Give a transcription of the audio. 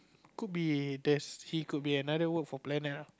could be there's he could be another work for plan ah